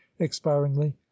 expiringly